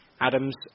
Adams